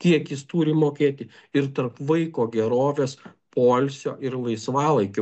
kiek jis turi mokėti ir tarp vaiko gerovės poilsio ir laisvalaikio